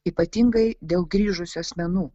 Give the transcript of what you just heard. ypatingai dėl grįžusių asmenų